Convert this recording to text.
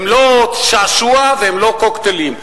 הם לא שעשוע והם לא קוקטיילים.